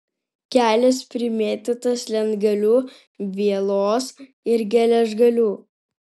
kelias primėtytas lentgalių vielos ir geležgalių